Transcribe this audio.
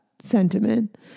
sentiment